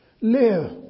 live